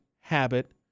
habit